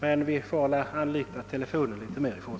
Men vi får väl använda telefonen mera i fortsättningen.